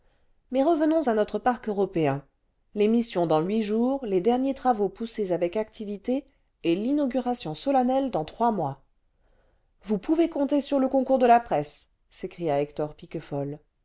mais revenons à notre parc européen l'émission dans huit jours les derniers travaux poussés avec activité et l'inauguration solennelle dans trois mois vous pouvez compter sur le concours de la presse s'écria hector piquefol